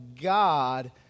God